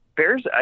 Bears